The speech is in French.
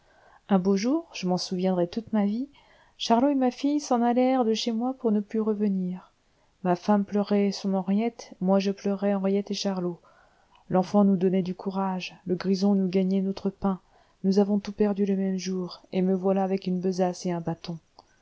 un beau jour je m'en souviendrai toute ma vie charlot et ma fille s'en allèrent de chez moi pour ne plus revenir ma femme pleurait son henriette moi je pleurais henriette et charlot l'enfant nous donnait du courage le grison nous gagnait notre pain nous avons tout perdu le même jour et me voilà avec une besace et un bâton